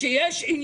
שאת,